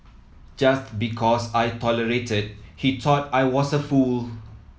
just because I tolerated he thought I was a fool